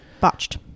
Botched